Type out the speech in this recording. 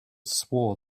swore